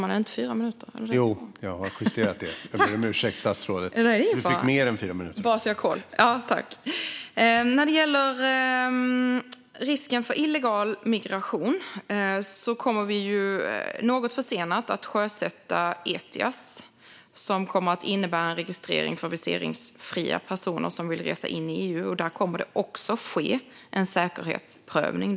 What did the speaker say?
När det gäller risken för illegal migration kommer vi, något försenat, att sjösätta Etias, som kommer att innebära registrering för viseringsfria personer som vill resa in i EU. Där kommer det också att ske en säkerhetsprövning.